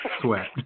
sweat